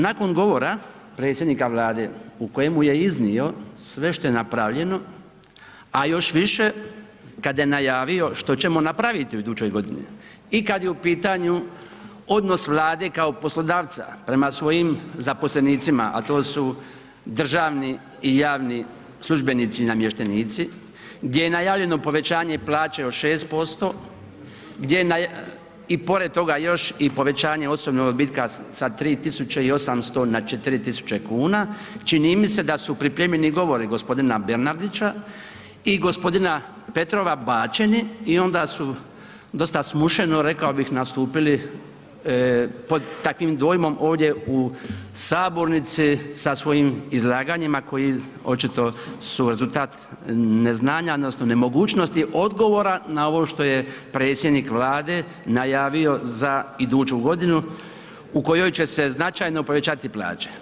Nakon govora predsjednika Vlade u kojemu je iznio sve što je napravljeno a još više kada je najavio što ćemo napraviti u idućoj godini i kad je u pitanju odnos Vlade kao poslodavca prema svojim zaposlenicima a to su državni i javni službenici i namještenici gdje je najavljeno povećanje plaća od 6%, gdje je i pored toga još i povećanje osobnog odbitka sa 3800 na 4000 kuna čini mi se da su pripremljeni govori gospodina Bernardića i gospodina Petrova bačeni i onda su dosta smušeno, rekao bih nastupili pod takvim dojmom ovdje u Sabornici sa svojim izlaganjima koji očito su rezultat neznanja odnosno nemogućnosti odgovora na ovo što je predsjednik Vlade najavio za iduću godinu u kojoj će se značajno povećati plaće.